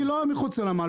אני לא מטפל מחוץ לנמל.